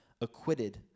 acquitted